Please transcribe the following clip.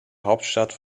hauptstadt